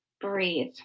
breathe